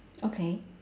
okay